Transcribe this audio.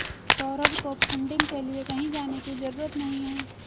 सौरभ को फंडिंग के लिए कहीं जाने की जरूरत नहीं है